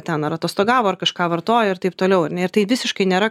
ten ar atostogavo ar kažką vartojo ir taip toliau ar ne ir tai visiškai nėra